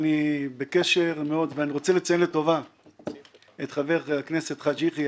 ואני רוצה לציין לטובה את חבר הכנסת חאג' יחיא